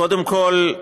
קודם כול,